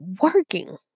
working